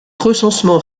recensement